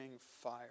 fire